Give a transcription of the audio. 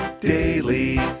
Daily